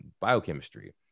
biochemistry